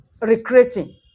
recreating